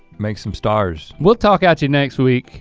make some stars. we'll talk at you next week